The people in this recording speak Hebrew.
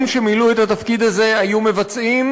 שמילאו את התפקיד הזה היו מבצעים,